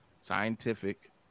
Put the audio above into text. scientific